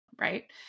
Right